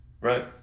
Right